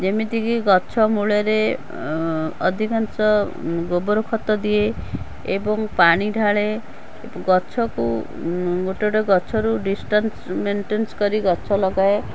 ଯେମିତିକି ଗଛମୂଳରେ ଅଧିକାଂଶ ଗୋବର ଖତ ଦିଏ ଏବଂ ପାଣି ଢାଳେ ଗଛକୁ ଗୋଟେ ଗୋଟେ ଗଛରୁ ଡିଷ୍ଟାନ୍ସ୍ ମେଣ୍ଟେନ୍ସ୍ କରି ଗଛ ଲଗାଏ